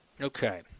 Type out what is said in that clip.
Okay